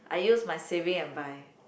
I use my saving and buy